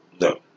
No